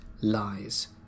lies